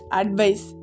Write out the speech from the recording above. advice